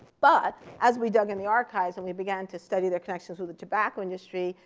but as we dug in the archives, and we began to study their connections with the tobacco industry,